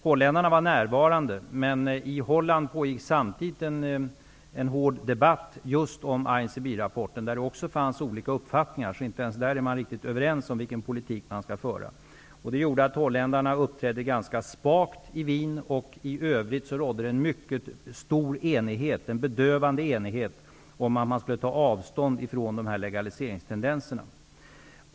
Holländarna var närvarande, men i Holland pågick samtidigt en hård debatt just om INCB:rapporten, och uppfattningarna var olika. Man är alltså inte ens där överens om vilken politik som skall föras. Det gjorde att holländarna uppträdde ganska spakt i Wien. I övrigt rådde en mycket stor enighet, en bedövande enighet, om att ta avstånd från de här legaliseringstendenserna.